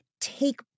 take